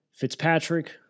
Fitzpatrick